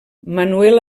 manuel